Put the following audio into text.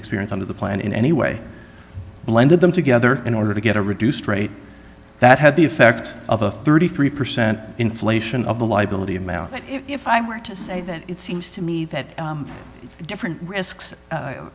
experience under the plan in any way blended them together in order to get a reduced rate that had the effect of a thirty three percent inflation of the liability and now if i were to say that it seems to me that different risks